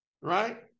right